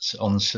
on